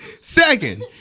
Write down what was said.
Second